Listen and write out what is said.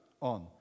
on